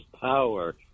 power